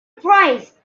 prize